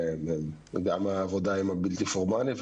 גם העבודה עם הבלתי פורמלי.